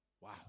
Wow